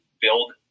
build